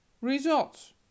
results